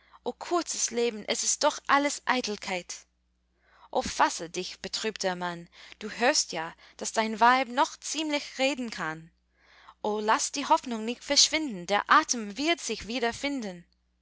kurzes leben es ist doch alles eitelkeit o fasse dich betrübter mann du hörst ja daß dein weib noch ziemlich reden kann o laß die hoffnung nicht verschwinden der atem wird sich wieder